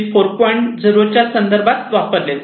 0 च्या संदर्भात वापरले जातात